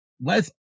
lets